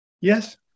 Yes